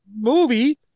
movie